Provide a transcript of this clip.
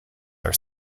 are